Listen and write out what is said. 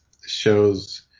Shows